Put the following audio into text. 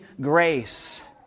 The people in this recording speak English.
grace